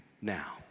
now